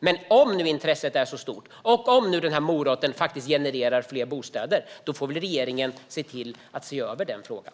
Men om nu intresset är så stort och om nu den här moroten genererar fler bostäder, då får väl regeringen se över den frågan.